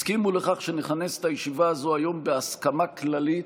הסכימו לכך שנכנס את הישיבה הזו היום בהסכמה כללית,